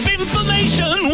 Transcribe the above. information